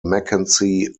mckenzie